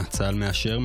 16:00.